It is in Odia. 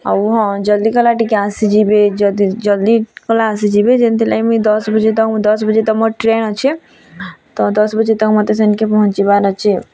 ଆଉ ହଁ ଜଲ୍ଦି କଲେ ଟିକେ ଆସିଯିବେ ଜଲ୍ଦି ଆସିଯିବେ ଯେମିତି ଲାଗି ମୁଇଁ ଦଶ ବଜେ ତ ଦଶ ବଜେ ତ ମୋ ଟ୍ରେନ୍ ଅଛେ ତ ଦଶ ବଜେ ତ ମୋତେ ସେନ୍କେ ପହଞ୍ଚିବାର୍ ଅଛି